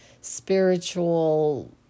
spiritual